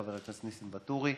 חבר הכנסת ניסים ואטורי,